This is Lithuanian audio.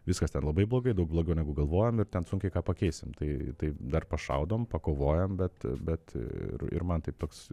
viskas ten labai blogai daug blogiau negu galvojom ir ten sunkiai ką pakeisim tai tai dar pašaudom pakovojom bet bet ir ir man taip toks